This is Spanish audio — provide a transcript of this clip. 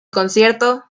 concierto